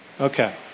Okay